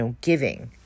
giving